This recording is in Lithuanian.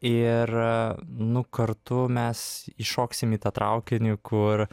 ir nu kartu mes įšoksim į traukinį kur